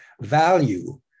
value